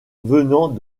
venant